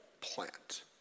plant